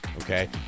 okay